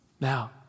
Now